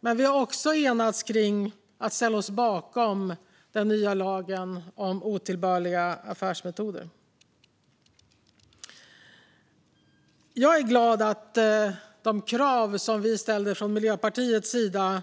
Men vi har också enats om att ställa oss bakom den nya lagen om otillbörliga affärsmetoder. Jag är glad att de krav som vi ställde från Miljöpartiets sida